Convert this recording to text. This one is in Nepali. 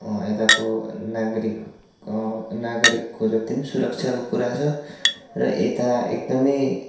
यताको नागरिक नागरिकको जत्ति पनि सुरक्षाको कुरा छ र यता एकदमै